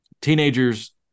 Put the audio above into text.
teenagers